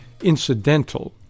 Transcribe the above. incidental